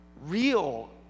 real